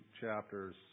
chapters